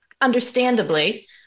understandably